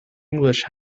english